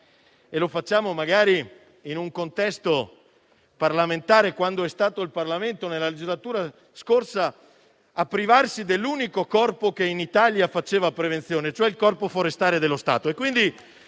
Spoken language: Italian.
di prevenzione in un contesto parlamentare quando è stato il Parlamento nella legislatura scorsa a privarsi dell'unico Corpo che in Italia faceva prevenzione e, cioè, il Corpo forestale dello Stato.